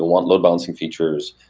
want load balancing features,